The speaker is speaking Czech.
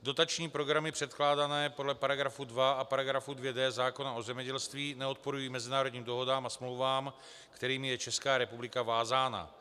Dotační programy předkládané podle § 2 a § 2d zákona o zemědělství neodporují mezinárodním dohodám a smlouvám, kterými je Česká republika vázána.